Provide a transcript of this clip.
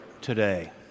today